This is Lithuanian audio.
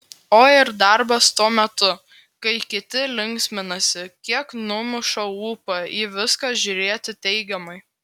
o ir darbas tuo metu kai kiti linksminasi kiek numuša ūpą į viską žiūrėti teigiamai